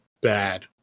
bad